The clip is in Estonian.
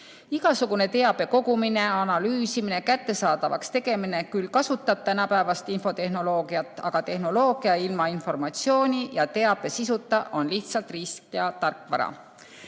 Igasugune teabe kogumine, analüüsimine, kättesaadavaks tegemine küll kasutab tänapäevast infotehnoloogiat, aga tehnoloogia ilma informatsiooni ja teabe sisuta on lihtsalt riist‑ ja tarkvara.